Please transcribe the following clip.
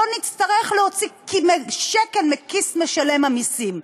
לא נצטרך להוציא שקל מכיס משלם המסים.